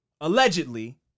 allegedly